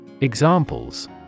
Examples